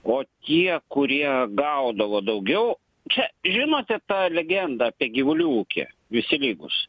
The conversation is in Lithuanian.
o tie kurie gaudavo daugiau čia žinote tą legendą apie gyvulių ūkį visi lygūs